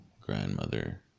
grandmother